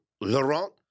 Laurent